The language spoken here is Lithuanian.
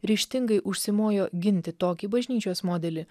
ryžtingai užsimojo ginti tokį bažnyčios modelį